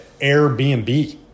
Airbnb